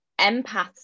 empaths